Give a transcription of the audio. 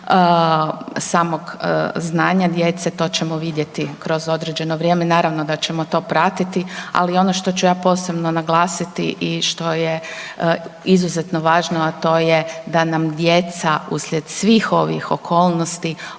samog znanja djece to ćemo vidjeti kroz određeno vrijeme. Naravno da ćemo to pratiti. Ali ono što ću ja posebno naglasiti i što je izuzetno važno, a to je da nam djeca uslijed svih ovih okolnosti